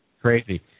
crazy